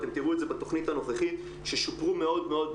אתם תראו את זה בתכנית הנוכחית ששופרו מאד,